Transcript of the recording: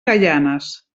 gaianes